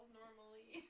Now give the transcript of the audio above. normally